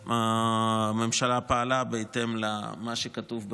הממשלה פעלה בהתאם למה שכתוב בחוק-יסוד.